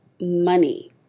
money